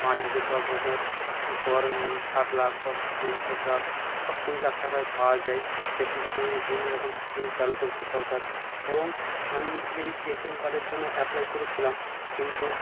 পাঁচ বছর দশ বছর পর ষাট লাখ বা পঞ্চাশ লাখ বা কুড়ি লাখ টাকা পাওয়া যায় সেরকম রকমে বিভিন্ন রকম স্কিম চালু করছে সরকার এবং আমি এই এটিএম কার্ডের জন্য অ্যাপ্লাই করেছিলাম কিন্তু